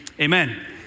amen